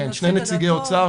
שני נציגי אוצר,